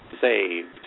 saved